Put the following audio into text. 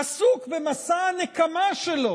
עסוק במסע הנקמה שלו